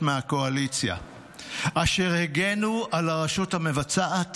מהקואליציה אשר הגנו על הרשות המבצעת